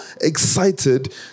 excited